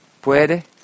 puede